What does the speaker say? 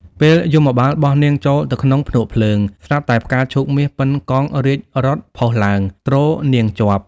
ពេលយមបាលបោះនាងចូលទៅក្នុងភ្នក់ភ្លើង ស្រាប់តែផ្កាឈូកមាសប៉ុនកង់រាជរថផុសឡើង ទ្រនាងជាប់ ។